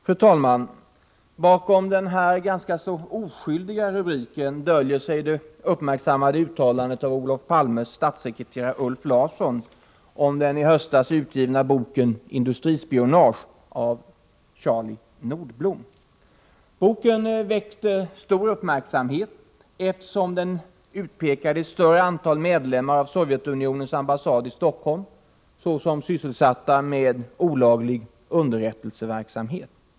Fru talman! Bakom den ganska oskyldiga rubriken på detta avsnitt döljer sig det uppmärksammade uttalandet av Olof Palmes statssekreterare Ulf Larsson om den i höstas utgivna boken Industrispionage, av Charlie Nordblom. Boken väckte stor uppmärksamhet, eftersom den utpekade ett större antal medlemmar av Sovjetunionens ambassad i Stockholm såsom sysselsatta med olaglig underrättelseverksamhet.